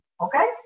okay